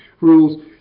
rules